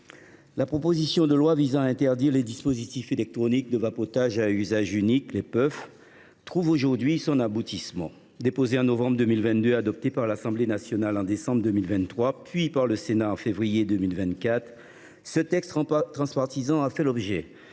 la proposition de loi visant à interdire les dispositifs électroniques de vapotage à usage unique, les puffs, trouve enfin aujourd’hui son aboutissement. Déposé en novembre 2022, adopté par l’Assemblée nationale en décembre 2023, puis par le Sénat en février 2024, ce texte transpartisan a fait l’objet,